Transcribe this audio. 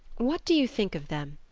what do you think of them?